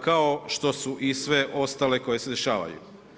kao što su i sve ostale koje se dešavaju.